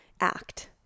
act